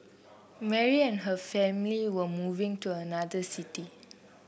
Mary and her family were moving to another city